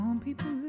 people